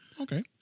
Okay